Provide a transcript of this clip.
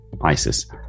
ISIS